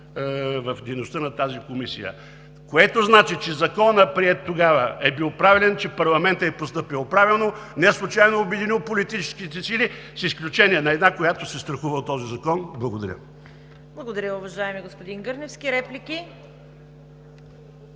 в дейността на тази комисия, което значи, че Законът, приет тогава, е бил правилен, че парламентът е постъпил правилно, неслучайно е обединил политическите сили с изключение на една, която се страхува от този закон. Благодаря. ПРЕДСЕДАТЕЛ ЦВЕТА КАРАЯНЧЕВА: Благодаря, уважаеми господин Гърневски. Реплики?